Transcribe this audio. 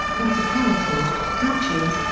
principalities, duchies,